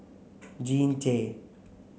Jean Tay